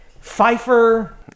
Pfeiffer